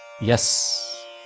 Yes